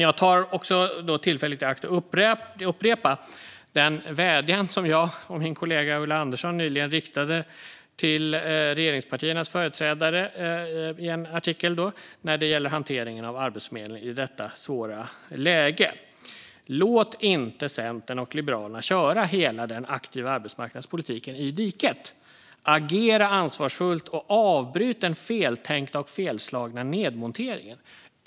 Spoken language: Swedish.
Jag tar tillfället i akt att upprepa den vädjan som jag och min kollega Ulla Andersson i en artikel nyligen riktade till regeringspartiernas företrädare när det gäller hanteringen av Arbetsförmedlingen i detta svåra läge: Låt inte Centern och Liberalerna köra hela den aktiva arbetsmarknadspolitiken i diket. Agera ansvarsfullt och avbryt den feltänkta och felslagna nedmonteringen.